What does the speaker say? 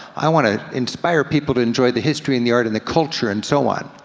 i wanna inspire people to enjoy the history, and the art, and the culture, and so on.